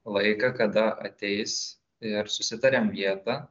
laiką kada ateis ir susitariam vietą